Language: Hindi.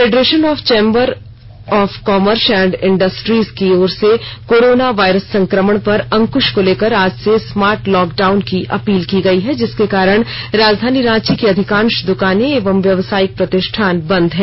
federation of Jharkhand chamber of commerce and industries की ओर से कोरोना वायरस संक्रमण पर अंकृश को लेकर आज से स्मार्ट लॉकडाउन की अपील की गयी है जिसके कारण राजाधनी रांची की अधिकांश दुकानें एवं व्यवसायिक प्रतिष्ठान बंद हैं